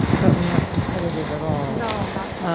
but we aren't competitive at all. no, not